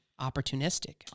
opportunistic